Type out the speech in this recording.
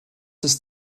ist